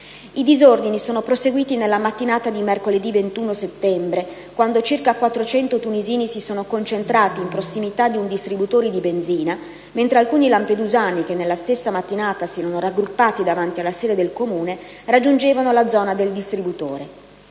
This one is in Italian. I disordini sono proseguiti nella mattinata di mercoledì 21 settembre quando circa 400 tunisini si sono concentrati in prossimità di un distributore di benzina mentre alcuni lampedusani, che nella stessa mattinata si erano raggruppati davanti alla sede del Comune, raggiungevano la zona del distributore.